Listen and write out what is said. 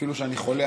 אפילו שאני חולה,